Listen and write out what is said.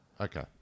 Okay